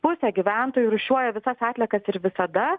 pusė gyventojų rūšiuoja visas atliekas ir visada